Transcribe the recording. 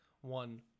One